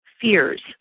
fears